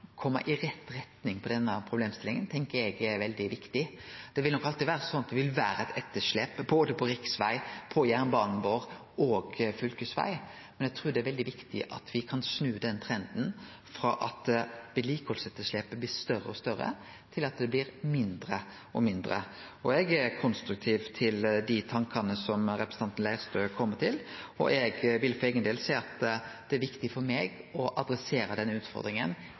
i rett retning på denne problemstillinga, tenkjer eg er veldig viktig. Det vil nok alltid vere eit etterslep, både på riksvegane, på jernbanen vår og på fylkesvegane, men eg trur det er veldig viktig at vi klarer å snu den trenden frå at vedlikehaldsetterslepet blir større og større, til at det blir mindre og mindre. Eg er konstruktiv til dei tankane som representanten Leirtrø kjem med, og eg vil for eigen del seie at det er viktig for meg å adressere denne utfordringa